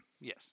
yes